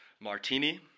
martini